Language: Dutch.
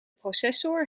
processor